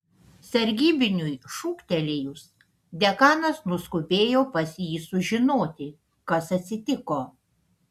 sargybiniui šūktelėjus dekanas nuskubėjo pas jį sužinoti kas atsitiko